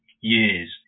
years